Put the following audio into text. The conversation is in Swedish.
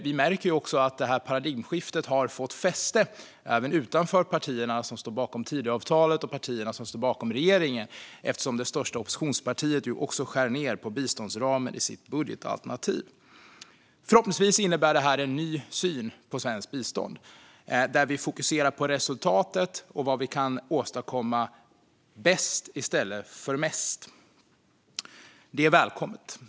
Vi märker att detta paradigmskifte har fått fäste även utanför partierna som står bakom Tidöavtalet och partierna som står bakom regeringen eftersom det största oppositionspartiet också skär ned på biståndsramen i sitt budgetalternativ. Förhoppningsvis innebär detta en ny syn på svenskt bistånd, där vi fokuserar på resultatet och vad vi kan åstadkomma bäst i stället för mest. Det är välkommet.